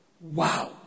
Wow